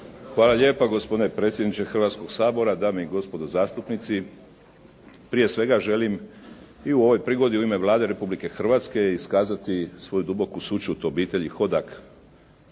Hvala lijepo gospodine predsjedniče Hrvatskog sabora. Dame i gospodo zastupnici. Prije svega želim i u ovoj prigodi u ime Vlade Republike Hrvatske iskazati svoju duboku sućut obitelji Hodak